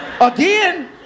Again